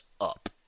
up